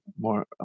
more